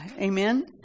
Amen